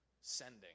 sending